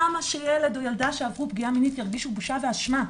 למה שילד או ילדה שעברו פגיעה מינית ירגישו בושה ואשמה?